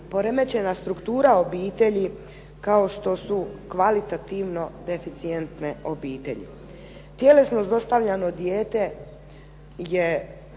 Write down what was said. poremećena struktura obitelji kao što su kvalitativno deficijentne obitelji. Tjelesno zlostavljano dijete je